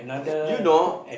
you know